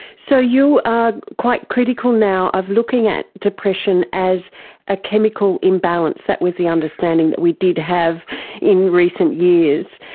so you are quite critical now of looking at depression as a chemical imbalance, that was the understanding that we did have in recent years.